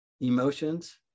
emotions